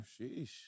Sheesh